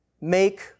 make